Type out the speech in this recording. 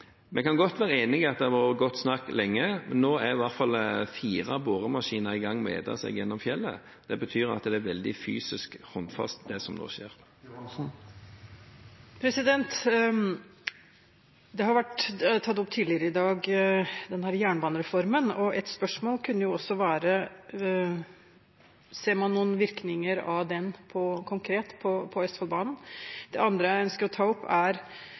det har vært godt snakk lenge, men nå er i hvert fall fire boremaskiner i gang med å ete seg gjennom fjellet. Det betyr at det er veldig fysisk, håndfast det som nå skjer. Denne jernbanereformen har vært tatt opp tidligere i dag, og et spørsmål kunne også være: Ser man noen virkninger av den konkret på Østfoldbanen? Det andre jeg ønsker å ta opp, er: